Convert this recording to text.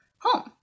home